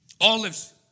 Olives